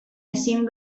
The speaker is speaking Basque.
ezin